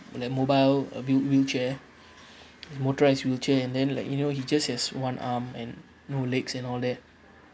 like mobile uh wheel wheelchair it's motorised wheelchair and then like you know he just has one arm and no legs and all that